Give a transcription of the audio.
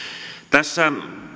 tässä